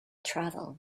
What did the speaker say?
travel